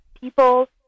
people